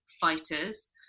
fighters